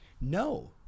no